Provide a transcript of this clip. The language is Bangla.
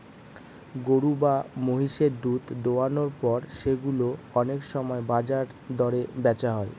গরু বা মহিষের দুধ দোহানোর পর সেগুলো অনেক সময় বাজার দরে বেচা হয়